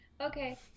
Okay